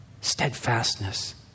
Steadfastness